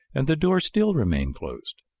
and the door still remained closed!